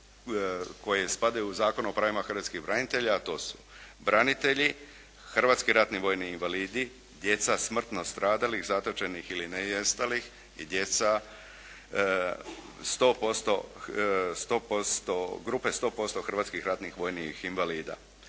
koje spadaju u Zakon o pravima hrvatskih branitelja a to su branitelji, hrvatski ratni vojni invalidi, djeca smrtno stradalih, zatočenih ili nestalih i djeca grupe 100% hrvatskih ratnih vojnih invalida.